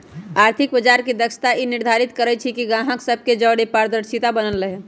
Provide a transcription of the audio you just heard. आर्थिक बजार के दक्षता ई निर्धारित करइ छइ कि गाहक सभ के जओरे पारदर्शिता बनल रहे